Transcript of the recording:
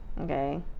Okay